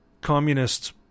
communists